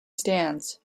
stands